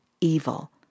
evil